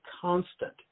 constant